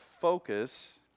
focus